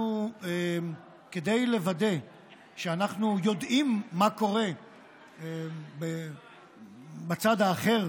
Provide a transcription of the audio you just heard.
כדי לוודא שאנחנו יודעים מה קורה בצד האחר